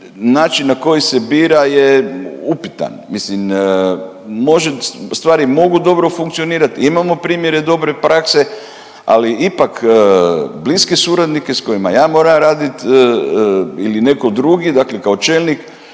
način na koji se bira je upitan, mislim, može, stvari mogu dobro funkcionirati, imao primjere dobre prakse, ali ipak bliske suradnike s kojima ja moram radit ili netko drugi, dakle kao čelnik